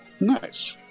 Nice